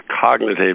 cognitive